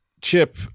chip